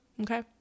Okay